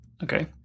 Okay